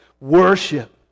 worship